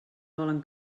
volen